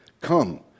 Come